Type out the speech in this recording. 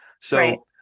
So-